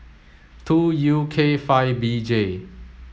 two U K five B J